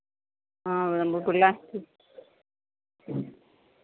ആ പിള്ളേർ